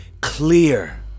clear